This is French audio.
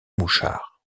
mouchard